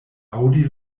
aŭdi